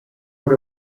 por